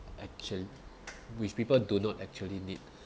action which people do not actually need